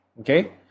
Okay